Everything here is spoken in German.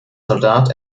soldat